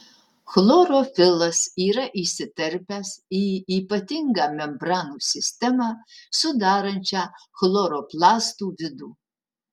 chlorofilas yra įsiterpęs į ypatingą membranų sistemą sudarančią chloroplastų vidų